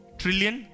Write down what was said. trillion